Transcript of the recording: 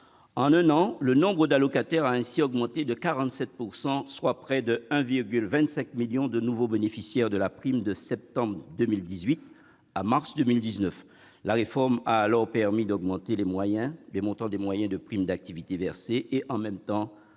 En un an, le nombre d'allocataires a ainsi augmenté de 47 %, soit près de 1,25 million de nouveaux bénéficiaires de la prime de septembre 2018 à mars 2019. La réforme a permis d'augmenter les montants moyens de prime d'activité versés, et en même temps